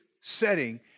setting